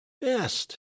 best